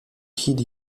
heed